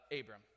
Abram